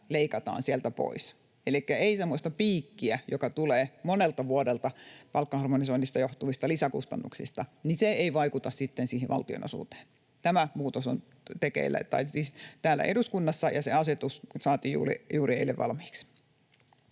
leikataan sieltä pois, elikkä ei tule semmoista piikkiä, joka tulee monelta vuodelta palkkaharmonisoinnista johtuvista lisäkustannuksista, eikä se vaikuta sitten siihen valtionosuuteen. Tämä muutos on tekeillä tai siis täällä eduskunnassa, ja se asetus saatiin juuri eilen valmiiksi.